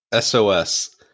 SOS